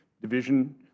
division